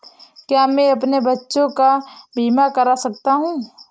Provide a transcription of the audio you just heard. क्या मैं अपने बच्चों का बीमा करा सकता हूँ?